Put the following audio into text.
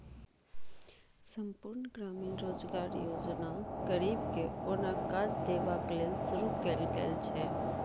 संपुर्ण ग्रामीण रोजगार योजना गरीब के ओन आ काज देबाक लेल शुरू कएल गेल छै